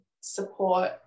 support